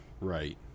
Right